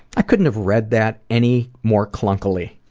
i couldn't have read that any more clunkily.